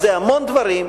אז זה המון דברים,